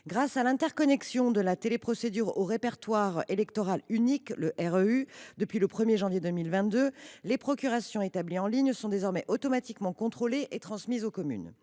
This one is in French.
Grâce à l’interconnexion de la téléprocédure au répertoire électoral unique depuis le 1 janvier 2022, les procurations établies en ligne sont désormais automatiquement contrôlées et transmises aux communes.